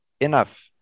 enough